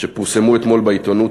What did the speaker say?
שפורסמו אתמול בעיתונות,